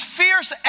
fierce